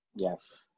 yes